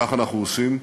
כך אנחנו עושים,